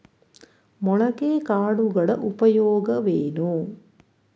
ಮೊಳಕೆ ಕಾಳುಗಳ ಉಪಯೋಗವೇನು?